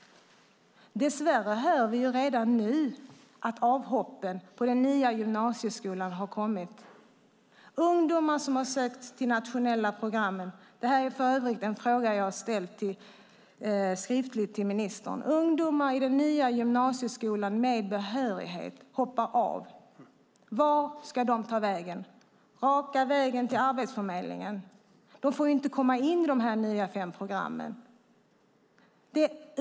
Dess värre hör vi redan nu att avhopp från den nya gymnasieskolan har kommit. Ungdomar i den nya gymnasieskolan med behörighet och som har sökt till nationella program - detta är för övrigt en fråga jag har ställt skriftligen till ministern - hoppar av. Vart ska de ta vägen - raka vägen till Arbetsförmedlingen? De får ju inte komma in i de nya fem programmen.